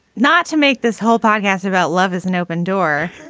not to make this whole podcast about love is an open door.